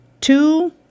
Two